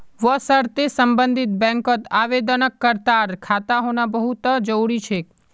वशर्ते सम्बन्धित बैंकत आवेदनकर्तार खाता होना बहु त जरूरी छेक